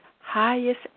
highest